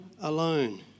alone